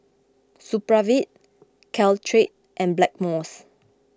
Supravit Caltrate and Blackmores